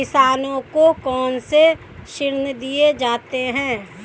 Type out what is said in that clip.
किसानों को कौन से ऋण दिए जाते हैं?